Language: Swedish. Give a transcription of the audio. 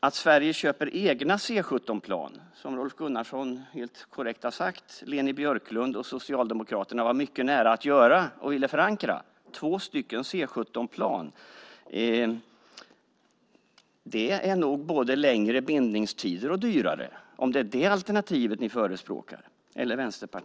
Om Sverige köper egna C 17-plan, vilket Rolf Gunnarsson helt korrekt sade att Leni Björklund och Socialdemokraterna var mycket nära att göra och ville förankra, blir det nog både längre bindningstider och dyrare - om det är det alternativ Vänsterpartiet förespråkar.